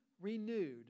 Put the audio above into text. renewed